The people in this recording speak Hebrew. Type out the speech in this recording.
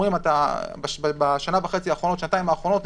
אומרים שנעלם להם בשנתיים האחרונות הם